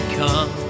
come